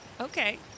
Okay